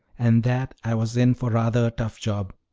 and that i was in for rather a tough job.